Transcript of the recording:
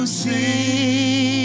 see